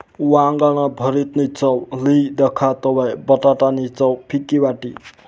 वांगाना भरीतनी चव ली दखा तवयं बटाटा नी चव फिकी वाटी